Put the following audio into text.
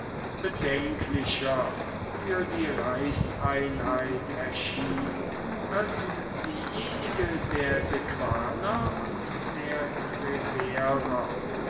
bedenklicher für die reichseinheit erschien als diejenige der sequaner und der treuerer